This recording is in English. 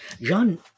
John